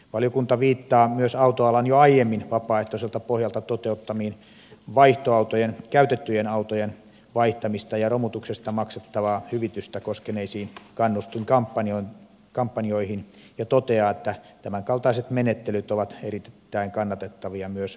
valiokunta viittaa myös autoalan jo aiemmin vapaaehtoiselta pohjalta toteuttamiin käytettyjen autojen vaihtamisesta ja romutuksesta maksettavaa hyvitystä koskeneisiin kannustinkampanjoihin ja toteaa että tämänkaltaiset menettelyt ovat erittäin kannatettavia myös jatkossa